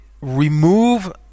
remove